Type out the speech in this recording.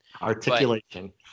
Articulation